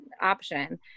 option